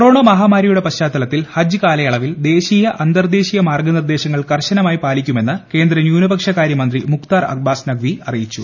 corona മഹാമാരിയുടെ പശ്ചാത്തലത്തിൽ ഹജ്ജ് കാലയളവിൽ ദേശീയ അന്തർദേശീയ മാർഗ്ഗനിർദ്ദേശങ്ങൾ കർശനമായി പാലിക്കുമെന്ന് കേന്ദ്ര ന്യൂനപക്ഷകാരൃ മന്ത്രി മുക്താർ അബ്ബാസ് നഖ്വി അറിയിച്ചു